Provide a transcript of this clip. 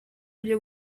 byo